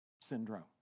Syndrome